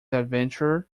adventure